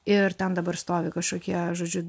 ir ten dabar stovi kažkokie žodžiu